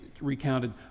recounted